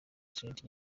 smith